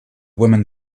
woman